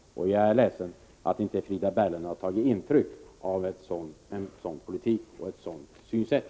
Jag är ledsen att inte Frida Berglund har tagit intryck av en sådan politik och ett sådant synsätt.